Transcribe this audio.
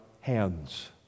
hands